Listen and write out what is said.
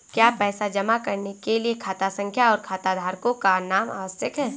क्या पैसा जमा करने के लिए खाता संख्या और खाताधारकों का नाम आवश्यक है?